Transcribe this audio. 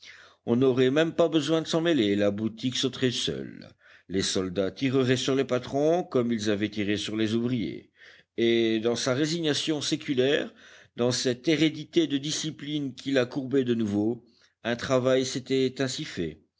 on n'aurait pas même besoin de s'en mêler la boutique sauterait seule les soldats tireraient sur les patrons comme ils avaient tiré sur les ouvriers et dans sa résignation séculaire dans cette hérédité de discipline qui la courbait de nouveau un travail s'était ainsi fait